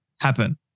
happen